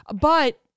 But-